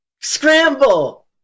scramble